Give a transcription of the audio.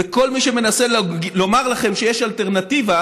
וכל מי שמנסה לומר לכם שיש אלטרנטיבה,